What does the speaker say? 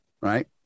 right